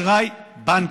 זה אשראי בנקים.